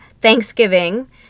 thanksgiving